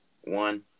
one